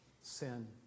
sin